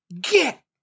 Get